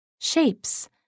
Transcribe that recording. Shapes